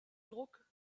druck